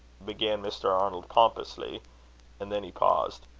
began mr. arnold, pompously and then he paused.